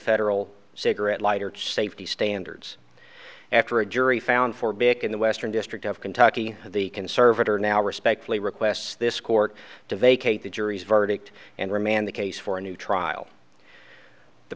federal cigarette lighter safety standards after a jury found for big in the western district of kentucky the conservator now respectfully requests this court to vacate the jury's verdict and remand the case for a new trial the